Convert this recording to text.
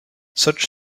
such